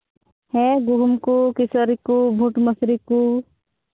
ᱦᱮᱸ ᱜᱩᱦᱩᱢ ᱠᱚ ᱠᱟᱹᱥᱟᱹᱨᱤ ᱠᱚ ᱵᱩᱴ ᱢᱟᱹᱥᱨᱤ ᱠᱚ